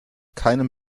keinen